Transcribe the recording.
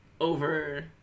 over